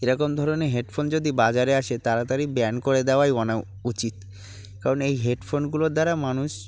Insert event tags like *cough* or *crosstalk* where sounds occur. এরকম ধরনের হেডফোন যদি বাজারে আসে তাড়াতাড়ি ব্যান করে দেওয়াই *unintelligible* উচিত কারণ এই হেডফোনগুলোর দ্বারা মানুষ